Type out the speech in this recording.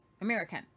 American